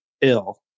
ill